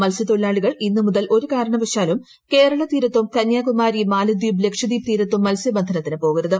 മത്സ്യത്തൊഴില്ലാളികൾ ഇന്ന് മുതൽ ഒരു കാരണവശാലും കേരള തീരത്തുക്കുകന്യാകുമാരി മാലദ്വീപ് ലക്ഷദ്വീപ് തീരത്തും മത്സ്യബന്ധനത്തിന്റ് പോകരുത്